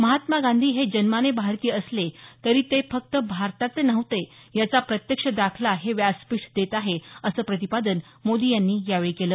महात्मा गांधी हे जन्माने भारतीय असले तरी ते फक्त भारताचे नव्हते याचा प्रत्यक्ष दाखला हे व्यासपीठ देत आहे असं प्रतिपादन मोदी यांनी यावेळी केलं